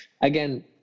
Again